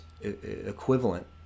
equivalent